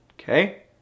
okay